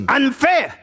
unfair